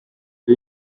the